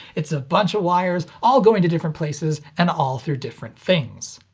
it's a buncha wires, all going to different places, and all through different things.